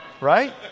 Right